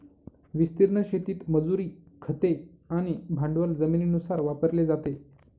विस्तीर्ण शेतीत मजुरी, खते आणि भांडवल जमिनीनुसार वापरले जाते